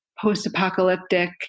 post-apocalyptic